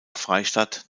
freistadt